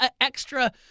extra